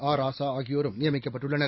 ஆராசா ஆகியோரும் நியமிக்கப்பட்டுள்ளனர்